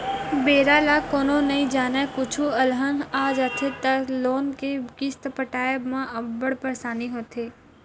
बेरा ल कोनो नइ जानय, कुछु अलहन आ जाथे त लोन के किस्त पटाए म अब्बड़ परसानी होथे